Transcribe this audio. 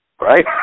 Right